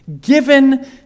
given